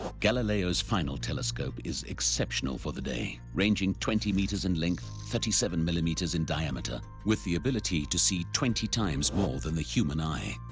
galileo's final telescope is exceptional for the day, ranging twenty meters in length, thirty seven millimeters in diameter. with the ability to see twenty times more than the human eye,